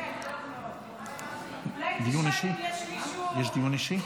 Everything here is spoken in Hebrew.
יש מישהו,